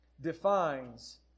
defines